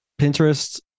Pinterest